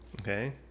Okay